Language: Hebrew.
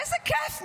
איזה כיף.